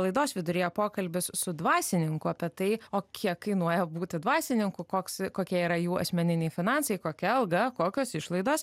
laidos viduryje pokalbis su dvasininku apie tai o kiek kainuoja būti dvasininku koks kokia yra jų asmeniniai finansai kokia alga kokios išlaidos